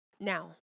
Now